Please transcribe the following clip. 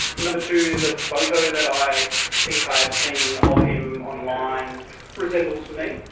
number two, the photo that i think i have seen of him online resembles me.